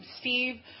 Steve